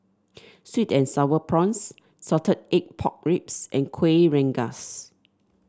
sweet and sour prawns Salted Egg Pork Ribs and Kuih Rengas